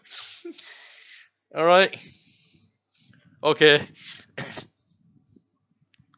alright okay